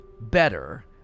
better